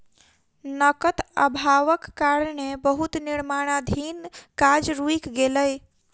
नकद अभावक कारणें बहुत निर्माणाधीन काज रुइक गेलै